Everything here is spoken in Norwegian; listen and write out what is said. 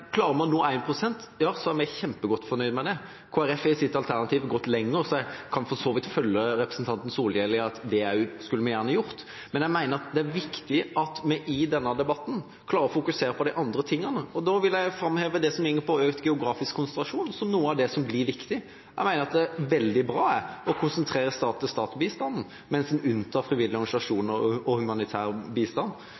klarer man å nå 1 pst., vil vi være kjempegodt fornøyd med det. Kristelig Folkeparti har i sitt alternativ gått lenger, så jeg kan for så vidt følge representanten Solhjell i at det skulle vi gjerne gjort, men jeg mener det er viktig at vi i denne debatten klarer å fokusere på de andre tingene. Da vil jeg framheve økt geografisk konsentrasjon som noe av det som blir viktig. Jeg mener at det er veldig bra å konsentrere